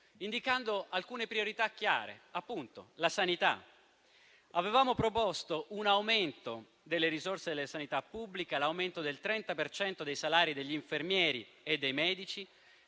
indicando alcune priorità chiare, tra cui appunto la sanità. Avevamo proposto un aumento delle risorse della sanità pubblica, l'aumento del 30 per cento dei salari degli infermieri e dei medici,